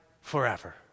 forever